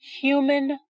human